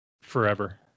forever